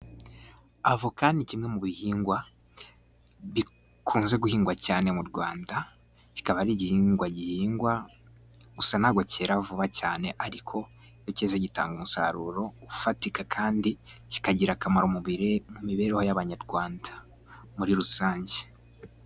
Avoka ni kimwe mu bihingwa bikunze guhingwa cyane mu Rwanda. Kikaba n'igihingwa gihingwa. Gusa ntabwo kera vuba cyane, ariko iyo keze, gitanga umusaruro ufatika, kandi kikagirira akamaro umubiri, mu mibereho y'Abanyarwanda muri rusange.